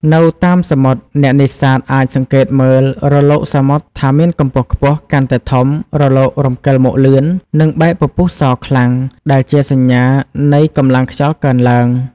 នៅតាមសមុទ្រ អ្នកនេសាទអាចសង្កេតមើលរលកសមុទ្រថាមានកម្ពស់ខ្ពស់ កាន់តែធំ រលករំកិលមកលឿន និងបែកពពុះសខ្លាំង ដែលជាសញ្ញានៃកម្លាំងខ្យល់កើនឡើង។